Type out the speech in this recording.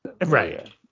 right